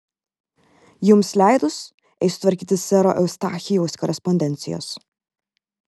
jums leidus eisiu tvarkyti sero eustachijaus korespondencijos